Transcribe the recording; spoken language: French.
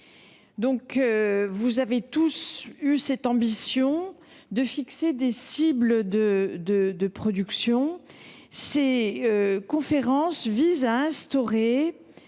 Nation. Vous avez tous eu pour ambition de fixer des cibles de production. Ces conférences visent à confier